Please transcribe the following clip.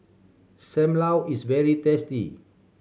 Sam Lau is very tasty